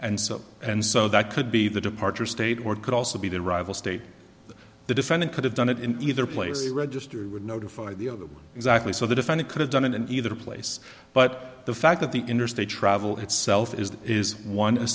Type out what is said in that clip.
and so and so that could be the departure state or it could also be the rival state that the defendant could have done it in either place the register would notify the other exactly so the defendant could have done it in either place but the fact that the interstate travel itself is that is one